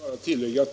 Herr talman!